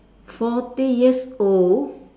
forty years old